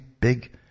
big